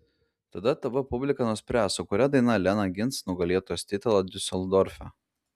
tada tv publika nuspręs su kuria daina lena gins nugalėtojos titulą diuseldorfe